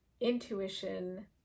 intuition